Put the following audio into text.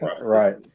right